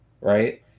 right